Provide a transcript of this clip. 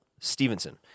Stevenson